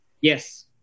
Yes